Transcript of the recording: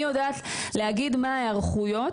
אני יודעת להגיד מה הן ההיערכויות